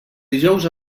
dijous